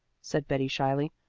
said betty shyly.